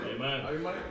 Amen